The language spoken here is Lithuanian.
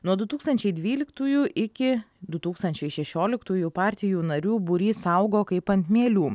nuo du tūkstančiai dvyliktųjų iki du tūkstančiai šešioliktųjų partijų narių būrys augo kaip ant mielių